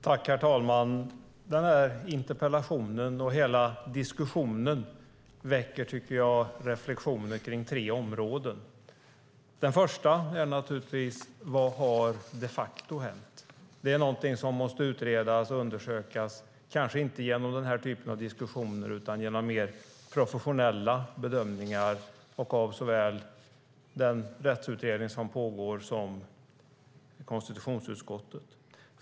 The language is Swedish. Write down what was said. Herr talman! Denna interpellation och hela diskussionen väcker reflexioner kring tre områden. Det första är naturligtvis vad som de facto har hänt. Det är någonting som måste utredas och undersökas, kanske inte genom denna typ av diskussioner utan genom mer professionella bedömningar och av såväl den rättsutredning som pågår som konstitutionsutskottet.